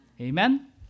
Amen